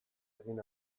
egin